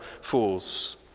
fools